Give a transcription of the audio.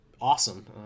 awesome